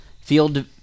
Field